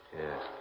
Yes